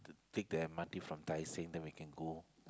take the M_R_T from Tai-Seng then we can go